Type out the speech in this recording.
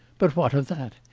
but what of that?